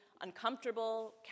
uncomfortable